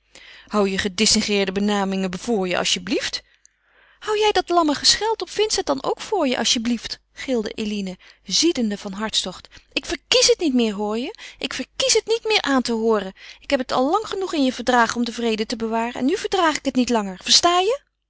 hou je gedistingueerde benamingen voor je alsjeblieft hou jij dat lamme gescheld op vincent dan ook voor je alsjeblieft gilde eline ziedende van hartstocht ik verkies het niet meer hoor je ik verkies het niet meer aan te hooren ik heb het al lang genoeg in je verdragen om den vrede te bewaren en nu verdraag ik het niet langer versta je